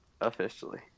Officially